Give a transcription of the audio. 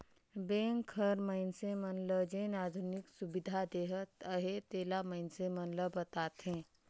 bank हर मइनसे मन ल जेन आधुनिक सुबिधा देहत अहे तेला मइनसे मन ल बताथे